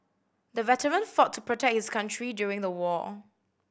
the veteran fought to protect his country during the war